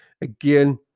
again